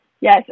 Yes